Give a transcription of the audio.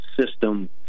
system